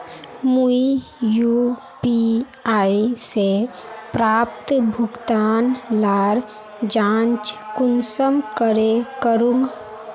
मुई यु.पी.आई से प्राप्त भुगतान लार जाँच कुंसम करे करूम?